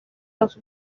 los